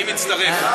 אני מצטרף.